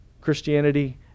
Christianity